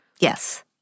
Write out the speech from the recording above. Yes